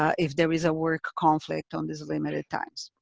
ah if there is a work conflict on this limit at times.